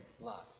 love